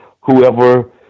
whoever